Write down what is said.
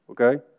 Okay